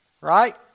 right